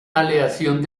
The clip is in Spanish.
aleación